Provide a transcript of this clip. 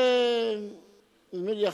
נדמה לי,